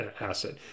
asset